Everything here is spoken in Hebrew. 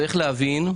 צריך להבין,